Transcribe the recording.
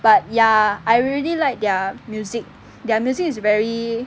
but ya I really like their music their music is very